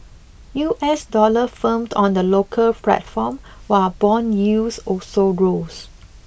U S dollar firmed on the local platform while bond yields also rose